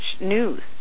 news